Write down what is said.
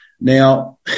Now